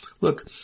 look